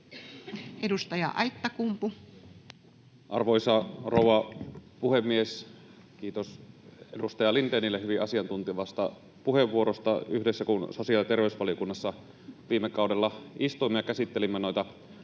14:06 Content: Arvoisa rouva puhemies! Kiitos edustaja Lindénille hyvin asiantuntevasta puheenvuorosta. Yhdessä kun sosiaali‑ ja terveysvaliokunnassa viime kaudella istuimme ja käsittelimme noita